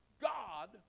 God